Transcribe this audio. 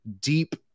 deep